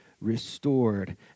restored